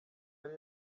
yari